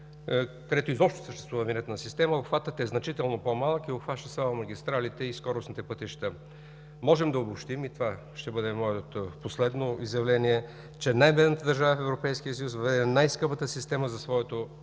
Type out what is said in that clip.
където изобщо съществува винетна система, обхватът е значително по-малък и обхваща само магистралите и скоростните пътища. Можем да обобщим, и това ще бъде моето последно изявление, че най-бедната държава в Европейския съюз въведе най-скъпата система за своето